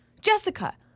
Jessica